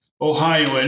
Ohioan